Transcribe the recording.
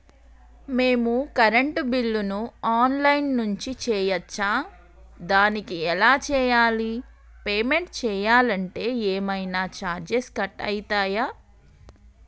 మేము కరెంటు బిల్లును online నుంచి చేయచ్చా? దానికి ఎలా చేయాలి? పేమెంట్ చేయాలంటే ఏమైనా చార్జెస్ కట్ అయితయా?